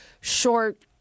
short